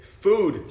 food